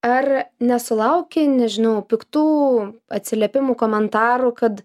ar nesulauki nežinau piktų atsiliepimų komentarų kad